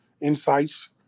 insights